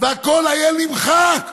הכול היה נמחק,